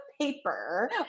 paper